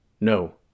No